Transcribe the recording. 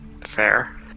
Fair